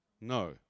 No